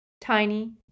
Tiny